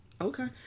Okay